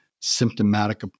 symptomatic